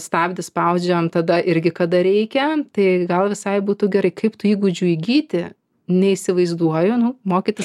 stabdį spaudžiam tada irgi kada reikia tai gal visai būtų gerai kaip tų įgūdžių įgyti neįsivaizduoju nu mokytis